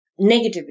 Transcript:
negativity